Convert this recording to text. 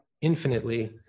infinitely